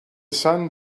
sun